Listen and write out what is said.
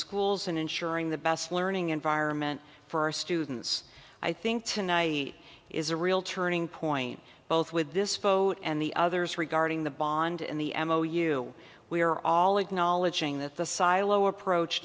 schools and ensuring the best learning environment for our students i think tonight is a real turning point both with this vote and the others regarding the bond in the m o u we are all acknowledging that the silo approach